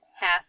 half